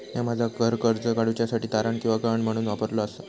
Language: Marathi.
म्या माझा घर कर्ज काडुच्या साठी तारण किंवा गहाण म्हणून वापरलो आसा